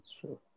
true